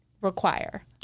require